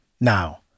Now